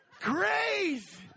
Grace